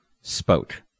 spoke